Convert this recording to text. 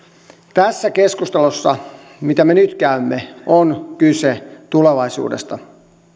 tässä keskustelussa mitä me nyt käymme on kyse tulevaisuudesta